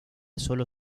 solo